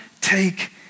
take